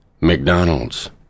McDonald's